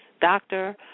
doctor